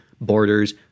borders